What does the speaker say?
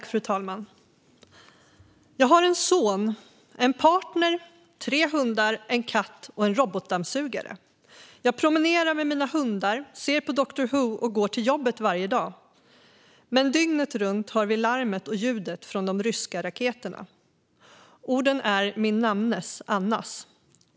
Fru talman! "Jag har en son, en partner, tre hundar, en katt och en robotdammsugare. Jag promenerar med mina hundar, ser på Doctor Who och går till jobbet varje dag. Men dygnet runt hör vi larmet och ljudet från de ryska raketerna." Orden är min namnes, Annas.